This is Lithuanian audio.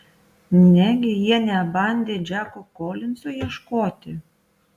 negi jie nebandė džeko kolinzo ieškoti